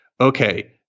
Okay